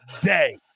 day